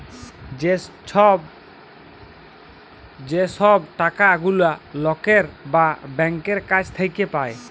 যে সব টাকা গুলা লকের বা ব্যাংকের কাছ থাক্যে লায়